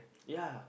ya